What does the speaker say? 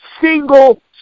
single